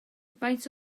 faint